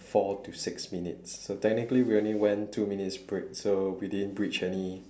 four to six minutes so technically we only went two minutes break so we didn't breach any